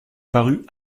parut